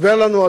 הסבר לנו,